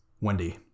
Wendy